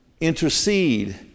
intercede